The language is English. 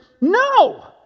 No